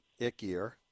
ickier